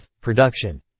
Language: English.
production